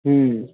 हूँ